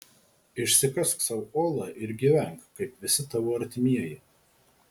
išsikask sau olą ir gyvenk kaip visi tavo artimieji